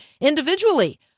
individually